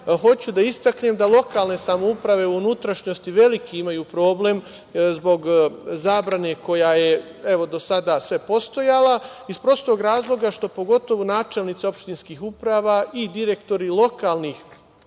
da istaknem da lokalne samouprave u unutrašnjosti imaju veliki problem zbog zabrane koja je, evo do sada sve postojala, iz prostog razloga što pogotovo načelnici opštinskih uprava i direktori lokalnih